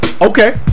Okay